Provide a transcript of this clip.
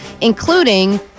including